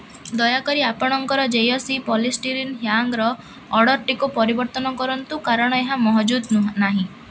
ଦୟାକରି ଆପଣଙ୍କର ଜେୟସୀ ପଲିଷ୍ଟିରିନ୍ ହ୍ୟାଙ୍ଗର୍ର ଅର୍ଡ଼ର୍ଟିକୁ ପରିବର୍ତ୍ତନ କରନ୍ତୁ କାରଣ ଏହା ମହଜୁଦ ନାହିଁ